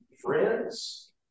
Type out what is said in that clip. friends